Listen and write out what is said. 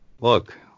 Look